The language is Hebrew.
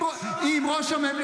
--- דבר עם השמאי.